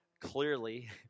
clearly